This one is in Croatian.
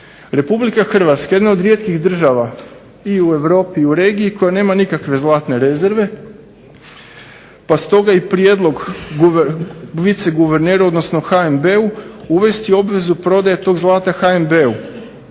Republika Hrvatska je jedna od rijetkih država i u Europi i regiji koja nema nikakve zlatne rezerve pa stoga i prijedlog viceguverneru, odnosno HNB-u uvesti obvezu prodaje tog zlata HNB-u.